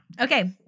Okay